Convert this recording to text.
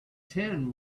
tin